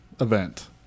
event